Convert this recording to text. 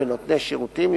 ונותני שירותים,